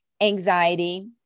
anxiety